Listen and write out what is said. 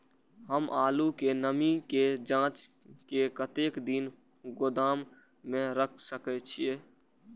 हम आलू के नमी के जाँच के कतेक दिन गोदाम में रख सके छीए?